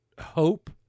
hope